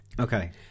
Okay